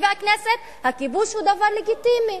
לפי הכנסת הכיבוש הוא דבר לגיטימי.